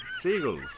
seagulls